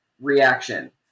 reaction